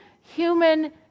human